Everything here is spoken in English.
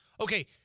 okay